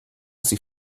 sie